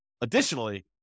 additionally